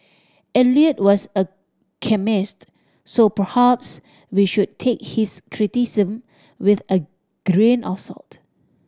Eliot was a chemist so perhaps we should take his criticism with a grain of salt